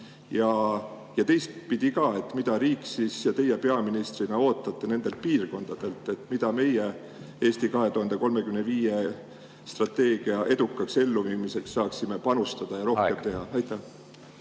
Ja teistpidi ka: mida riik ja teie peaministrina ootate nendelt piirkondadelt? Mida meie "Eesti 2035" strateegia edukaks elluviimiseks saaksime rohkem teha? Aitäh,